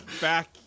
back